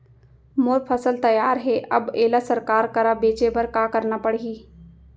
मोर फसल तैयार हे अब येला सरकार करा बेचे बर का करना पड़ही?